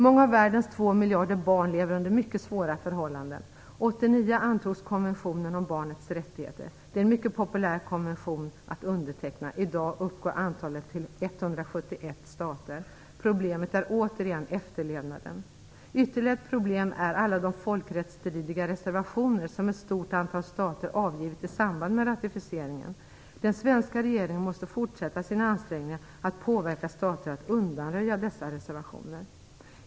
Många av världens 2 miljoner barn lever under mycket svåra förhållanden. År 1989 antogs konventionen om barnets rättigheter. Det är en mycket populär konvention att underteckna. I dag uppgår antalet stater som undertecknat den till 171. Problemet är återigen efterlevnaden. Ytterligare ett problem är alla de folkrättsstridiga reservationer som ett stort antal stater avgivit i samband med ratificeringen. Den svenska regeringen måste fortsätta sina ansträngningar att påverka stater att undanröja dessa reservationer.